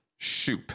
Shoup